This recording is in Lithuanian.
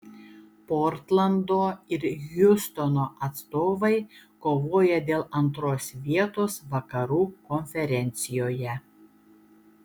portlando ir hjustono atstovai kovoja dėl antros vietos vakarų konferencijoje